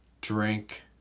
Drink